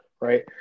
right